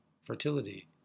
fertility